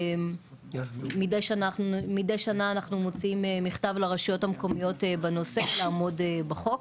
מדי שנה אנחנו מוציאים מכתב בנושא לרשויות המקומיות לעמוד בחוק,